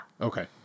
Okay